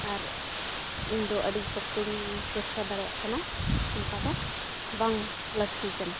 ᱟᱨ ᱤᱧᱫᱚ ᱟᱹᱰᱤ ᱥᱚᱠᱛᱚᱧ ᱵᱮᱵᱽᱥᱟ ᱫᱟᱲᱮᱭᱟᱜ ᱠᱟᱱᱟ ᱚᱱᱠᱟ ᱫᱚ ᱵᱟᱝ ᱞᱟᱹᱠᱛᱤ ᱠᱟᱱᱟ